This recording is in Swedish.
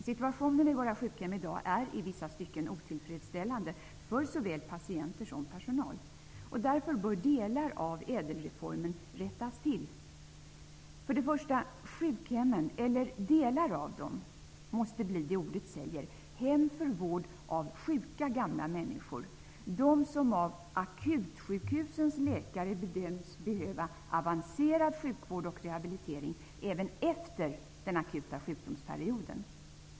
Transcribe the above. Situationen vid våra sjukhem i dag är i vissa stycken otillfredsställande för såväl patienter som personal. Därför bör delar av ÄDEL reformen rättas till. Sjukhemmen, eller delar av dem, måste först och främst bli vad ordet säger att de skall vara, nämligen hem för vård av sjuka gamla människor, de som av akutsjukhusens läkare bedöms behöva avancerad sjukvård och rehabilitering även efter den akuta sjukdomsperioden.